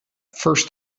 first